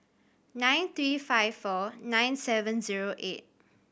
nine three five four nine seven zero eight